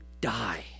die